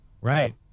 Right